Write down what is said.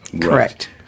correct